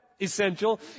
essential